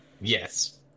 Yes